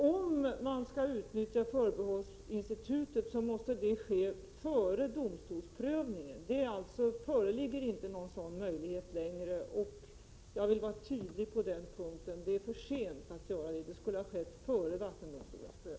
Fru talman! Om förbehållsinstitutet skall utnyttjas måste det ske före domstolsprövningen. Någon sådan möjlighet föreligger inte längre i detta fall. Jag vill vara tydlig och säga att det är för sent att utnyttja förbehållsinstitutet.